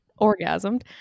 orgasmed